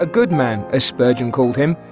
ah good man, as spurgeon called him,